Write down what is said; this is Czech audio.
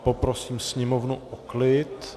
Poprosím sněmovnu o klid.